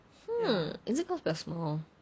is it cause they are small